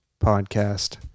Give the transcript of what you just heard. podcast